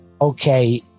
okay